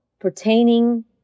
pertaining